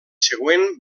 següent